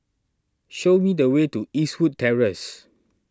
show me the way to Eastwood Terrace